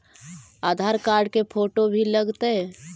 आधार card के photo भी लग तै?